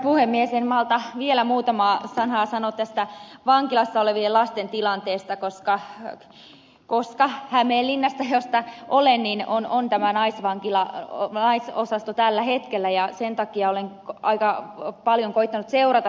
en malta vielä muutamaa sanaa olla sanomatta tästä vankilassa olevien lasten tilanteesta koska hämeenlinnassa josta olen kotoisin on tämä naisosasto tällä hetkellä ja sen takia olen aika paljon koettanut seurata sitä tilannetta